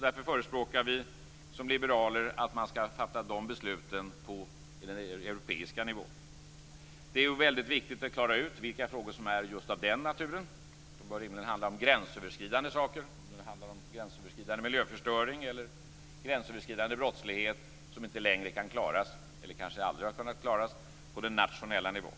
Därför förespråkar vi som liberaler att man skall fatta de besluten på den europeiska nivån. Det är väldigt viktigt att klara ut vilka frågor som är just av den naturen. De bör rimligen handla om gränsöverskridande saker. Det kan handla om gränsöverskridande miljöförstöring eller gränsöverskridande brottslighet som inte längre kan klaras, eller kanske aldrig har kunnat klaras, på den nationella nivån.